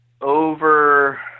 over